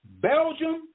Belgium